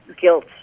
guilt